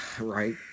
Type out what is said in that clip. Right